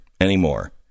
anymore